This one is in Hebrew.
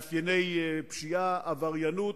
מאפייני פשיעה, עבריינות,